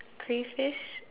crayfish